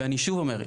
ואני שוב אומר,